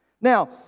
Now